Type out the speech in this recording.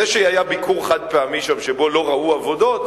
זה שהיה ביקור חד-פעמי שם שבו לא ראו עבודות,